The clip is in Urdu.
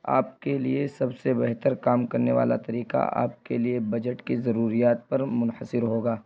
آپ کے لیے سب سے بہتر کام کرنے والا طریقہ آپ کے لیے بجٹ کی ضروریات پر منحصر ہوگا